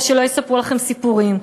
ושלא יספרו לכם סיפורים,